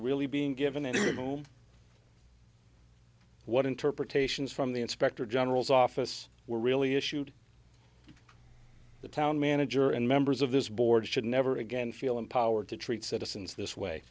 really being given and what interpretations from the inspector general's office were really issued the town manager and members of this board should never again feel empowered to treat citizens this way